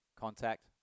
Contact